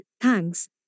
thanks